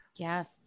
Yes